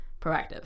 proactive